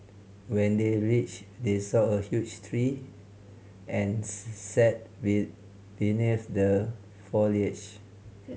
when they reached they saw a huge tree and sat be beneath the foliage